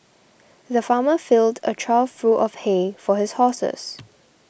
the farmer filled a trough full of hay for his horses